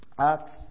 Acts